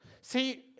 See